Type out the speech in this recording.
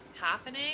happening